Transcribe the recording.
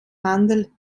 handel